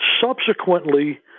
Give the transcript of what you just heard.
subsequently